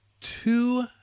two